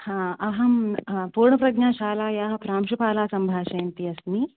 आम् अहं पूर्णप्रज्ञाशालायाः प्रांशुपाला सम्भाषयन्ती अस्मि